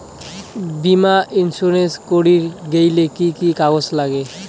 বীমা ইন্সুরেন্স করির গেইলে কি কি কাগজ নাগে?